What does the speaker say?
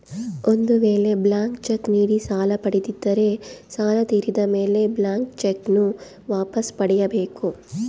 ಒಂದು ವೇಳೆ blank cheque ನೀಡಿ ಸಾಲ ಪಡೆದಿದ್ದರೆ ಸಾಲ ತೀರಿದ ಮೇಲೆ ಬ್ಲಾಂತ್ ಚೆಕ್ ನ್ನು ವಾಪಸ್ ಪಡೆಯ ಬೇಕು